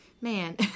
man